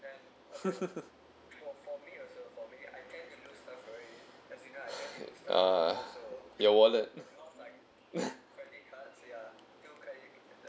ah your wallet